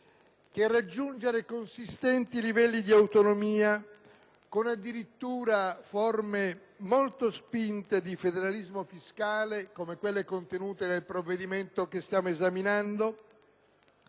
che consistenti livelli di autonomia, con forme molto spinte di federalismo fiscale come quelle contenute nel provvedimento che stiamo esaminando,